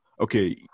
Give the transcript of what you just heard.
okay